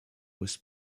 was